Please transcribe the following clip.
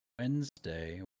wednesday